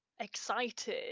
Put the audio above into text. excited